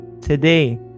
Today